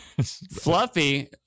Fluffy